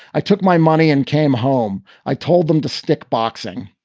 i took my money and came home. i told them to stick boxing.